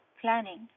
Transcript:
planning